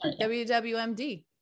WWMD